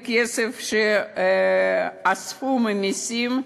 כסף שאספו ממסים,